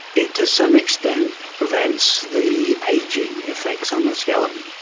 it to some extent prevents the ageing effects on the skeleton.